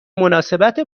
مناسبت